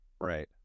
right